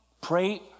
Pray